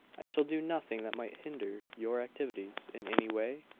i shall do nothing that might hinder your activities in any way?